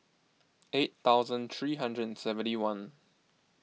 eight thousand three hundred and seventy one